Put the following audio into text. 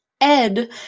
Ed